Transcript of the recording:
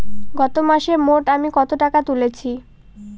গত মাসে মোট আমি কত টাকা তুলেছি?